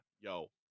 yo